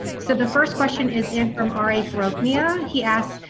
so the first question is in from arif rupia, he asks,